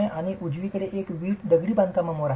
आणि उजवीकडे एक वीट दगडी बांधकामवर आहे